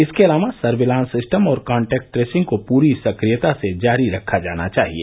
इसके अलावा surveillance system और कांटैक्ट ट्रेसिंग को पूरी सक्रियता से जारी रखा जाना चाहिए